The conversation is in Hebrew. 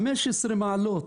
15 מעלות.